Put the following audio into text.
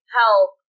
help